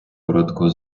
короткого